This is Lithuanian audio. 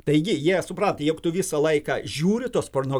taigi jie suprato jog tu visą laiką žiūri tuos porno